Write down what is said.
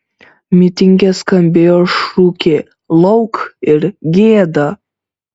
mitinge skambėjo šūkiai lauk ir gėda